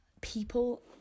people